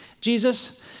Jesus